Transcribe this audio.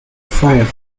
firefox